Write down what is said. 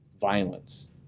violence